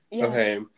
Okay